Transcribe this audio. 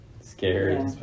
scared